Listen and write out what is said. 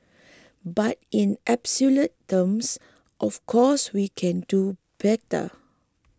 but in absolute terms of course we can do better